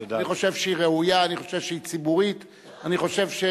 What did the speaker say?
אני חושב שהיא ראויה, אני חושב שהיא ציבורית.